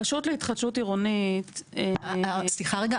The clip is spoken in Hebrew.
סליחה רגע,